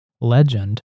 legend